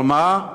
על מה?